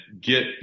get